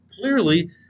Clearly